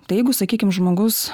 tai jeigu sakykim žmogus